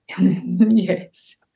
Yes